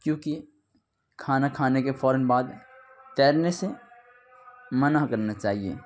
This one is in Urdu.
كیونكہ كھانا كھانے كے فوراً بعد تیرنے سے منع كرنا چاہیے